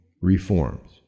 reforms